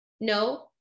No